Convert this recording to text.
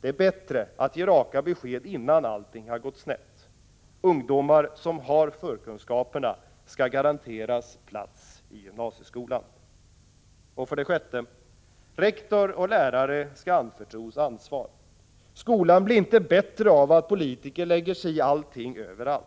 Det är bättre att ge raka besked, innan allting har gått snett. Ungdomar som har förkunskaperna skall garanteras plats i gymnasieskolan. 6. Rektor och lärare skall anförtros ansvar. Skolan blir inte bättre av att politiker lägger sig i allting överallt.